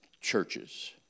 churches